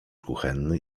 kuchenny